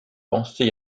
pensée